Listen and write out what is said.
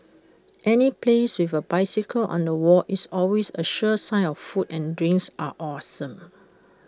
any place with A bicycle on the wall is always A sure sign of food and drinks are awesome